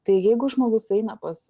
tai jeigu žmogus eina pas